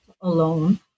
alone